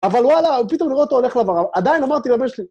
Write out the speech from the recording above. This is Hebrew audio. אבל וואלה, פתאום אנינרואה אותו הולך לבר, עדיין אמרתי לבן לי.